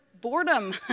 boredom